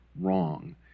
wrong